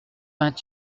vingt